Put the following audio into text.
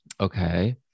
Okay